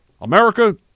America